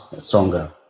stronger